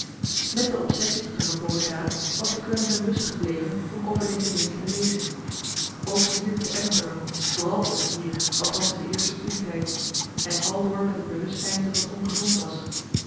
met de obsessie tot de verboden daad was de kwellende lust gebleven om over deze dingen te lezen ook hier te edinburg vooral ook hier althans in den eersten studietijd en aldoor met het bewustzijn dat het ongezond was